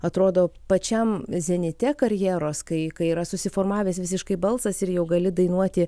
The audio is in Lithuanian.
atrodo pačiam zenite karjeros kai kai yra susiformavęs visiškai balsas ir jau gali dainuoti